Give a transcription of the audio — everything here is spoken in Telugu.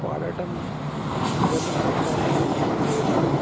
పాడడం మొదలు పెట్టాలి లేదా